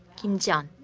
kim ji-yeon,